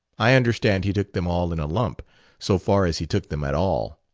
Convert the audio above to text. i understand he took them all in a lump so far as he took them at all.